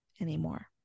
anymore